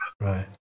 Right